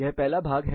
यह पहला भाग है